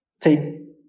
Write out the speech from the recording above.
Team